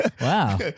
wow